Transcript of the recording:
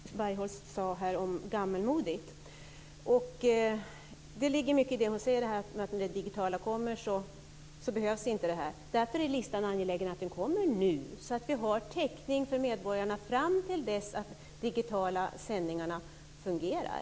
Fru talman! Jag skulle vilja kommentera det som Helena Bargholtz sade om att förslaget är gammalmodigt. Det ligger mycket i det hon säger, nämligen att när det digitala kommer behövs inte det här. Just därför är det angeläget att listan kommer nu. Då har vi ju täckning för medborgarna fram till dess att de digitala sändningarna fungerar.